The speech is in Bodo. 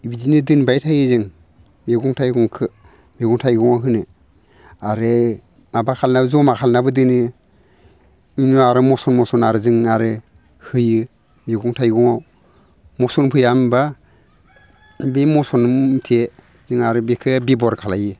बिदिनो दोनबाय थायो जों मैगं थाइगंखो मैगं थाइगङाव होनो आरो माबा खालामना जमा खालामनाबो दोनो इनियाव आरो मसन मसन आरो जों आरो होयो मैगं थाइगङाव मसन फैया होमबा बे मसन मथे जों आरो बेखो बेब'हार खालामो